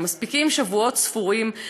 מספיקים שבועות ספורים,